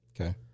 okay